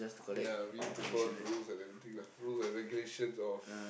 ya we need to follow the rules and everything lah rules and regulations of